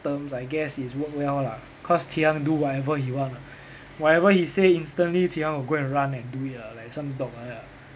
terms I guess is work well lah cause qi yang do whatever he want ah whatever he say instantly qi yang will go run and do it lah like some dog like that ah